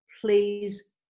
please